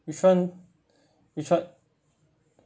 which one which one